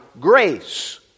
grace